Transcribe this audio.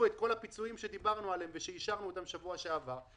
את כל הפיצויים שדיברנו עליהם ושאישרנו אותם